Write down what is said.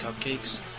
Cupcakes